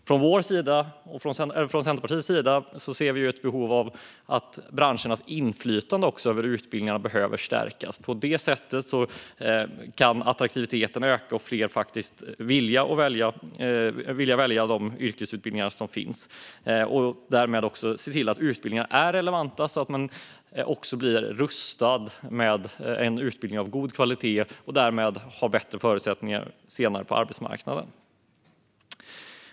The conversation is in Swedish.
Från Centerpartiets sida ser vi också att branschernas inflytande över utbildningarna behöver stärkas. På det sättet kan attraktiviteten öka och fler vilja välja de yrkesutbildningar som finns. Därmed kan vi se till att utbildningarna är relevanta så att man blir rustad med en utbildning av god kvalitet och därmed har bättre förutsättningar senare på arbetsmarknaden.